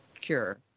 cure